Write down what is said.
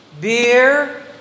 beer